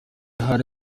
hari